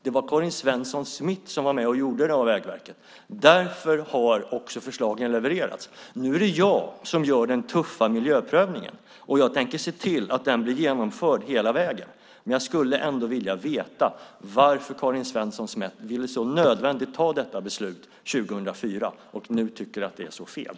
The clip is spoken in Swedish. Det var Karin Svensson Smith som var med och beställde det av Vägverket. Därför har också förslagen levererats. Nu är det jag som gör den tuffa miljöprövningen, och jag tänker se till att den blir genomförd hela vägen. Men jag skulle ändå vilja veta varför Karin Svensson Smith nödvändigtvis ville ta detta beslut 2004 och nu tycker att det är så fel.